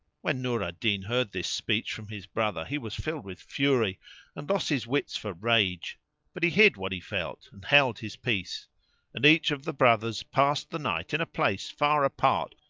when nur al-din heard this speech from his brother, he was filled with fury and lost his wits for rage but he hid what he felt and held his peace and each of the brothers passed the night in a place far apart,